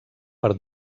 per